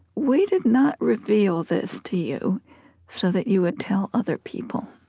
we did not reveal this to you so that you would tell other people.